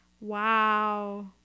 Wow